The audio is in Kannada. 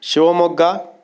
ಶಿವಮೊಗ್ಗ